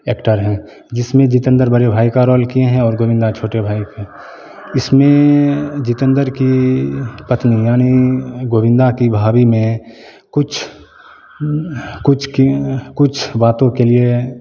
actor हैं जिसमें जितेंद्र बड़े भाई का रोल किए हैं और गोविंदा छोटे भाई का इसमें जितेंद्र की पत्नी यानि गोविंदा की भाभी में कुछ कुछ कि एँ कुछ बातों के लिए